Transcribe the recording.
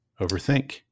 Overthink